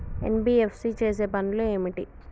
NBFC చేసే పనులు ఏమిటి?